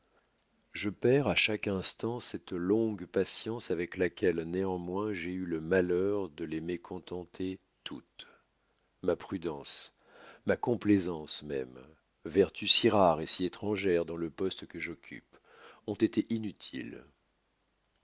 je perds à chaque instant cette longue patience avec laquelle néanmoins j'ai eu le malheur de les mécontenter toutes ma prudence ma complaisance même vertu si rare et si étrangère dans le poste que j'occupe ont été inutiles